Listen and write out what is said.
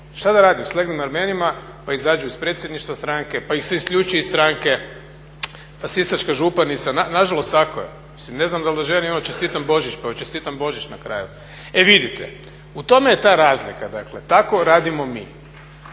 šta da radim, slegnem ramenima pa izađu iz predsjedništva stranke, pa ih se isključi iz stranke pa sisačka županica, nažalost tako je, mislim ne znam da li da ženi čestitam Božić, pa joj čestitam Božić na kraju. E vidite, u tome je ta razlika, dakle tako radimo mi.